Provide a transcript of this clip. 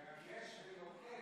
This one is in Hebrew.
אדוני